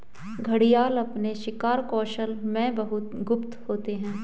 घड़ियाल अपने शिकार कौशल में बहुत गुप्त होते हैं